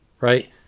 right